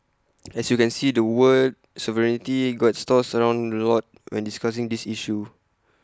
as you can see the word sovereignty gets tossed around A lot when discussing this issue